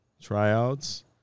tryouts